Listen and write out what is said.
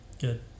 good